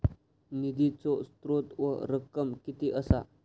निधीचो स्त्रोत व रक्कम कीती असा?